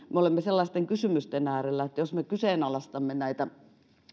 me olemme sellaisten kysymysten äärellä että jos me kyseenalaistamme näitä